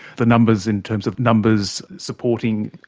the numbers in terms of numbers supporting,